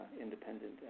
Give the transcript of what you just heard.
independent